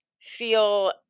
feel